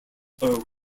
are